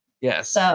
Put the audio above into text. yes